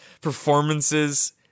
performances